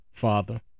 Father